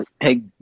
Hey